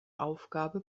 aufgabe